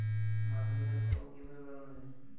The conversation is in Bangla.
মাসরুমের ফলন কিভাবে বাড়ানো যায়?